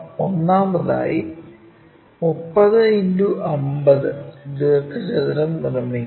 ഒന്നാമതായി 30 X 50 ദീർഘചതുരം നിർമ്മിക്കുക